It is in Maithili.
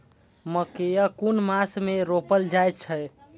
मकेय कुन मास में रोपल जाय छै?